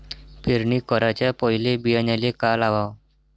पेरणी कराच्या पयले बियान्याले का लावाव?